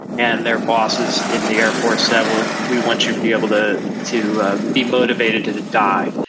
and their bosses in the air force said well we want you to be able to to ah be motivated to to die,